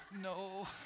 no